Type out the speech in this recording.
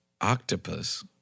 Octopus